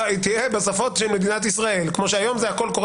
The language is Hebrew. בשפות של מדינת ישראל כמו שהיום קורה